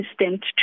assistant